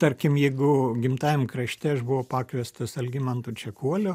tarkim jeigu gimtajam krašte aš buvau pakviestas algimanto čekuolio